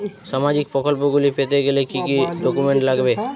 সামাজিক প্রকল্পগুলি পেতে গেলে কি কি ডকুমেন্টস লাগবে?